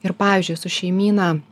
ir pavyzdžiui su šeimyna